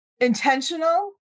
intentional